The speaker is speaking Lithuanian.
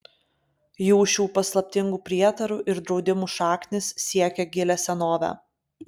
jų šių paslaptingų prietarų ir draudimų šaknys siekią gilią senovę